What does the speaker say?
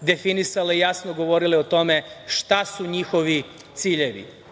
definisale i jasno govorile o tome šta su njihovi ciljevi